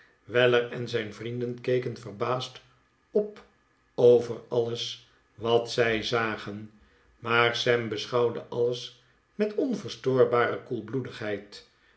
weller en zijn vrienden keken verbaasd op over alles wat zij zagen maar sam beschouwde alles met